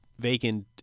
vacant